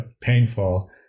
painful